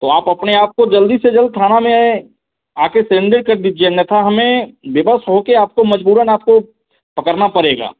तो आप अपने आप को जल्दी से जल्द थाना में आकर सरेंडर कर दीजिए अन्यथा हमें विवश होकर आपको मजबूरन आपको पकड़ना पड़ेगा